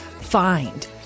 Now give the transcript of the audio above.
find